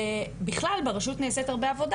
בכלל, ברשות נעשית הרבה עבודה.